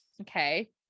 okay